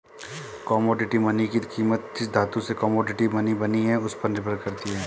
commodity money की कीमत जिस धातु से कोमोडिटी मनी बनी है उस पर निर्भर करती है